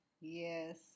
Yes